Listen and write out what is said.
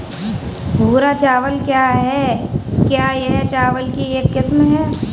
भूरा चावल क्या है? क्या यह चावल की एक किस्म है?